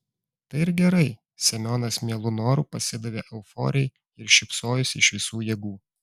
tai ir gerai semionas mielu noru pasidavė euforijai ir šypsojosi iš visų jėgų